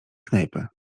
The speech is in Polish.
knajpy